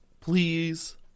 please